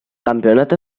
campeonato